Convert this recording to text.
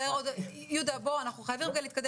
יהודה, אנחנו חייבים להתקדם.